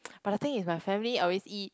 but the thing is my family always eat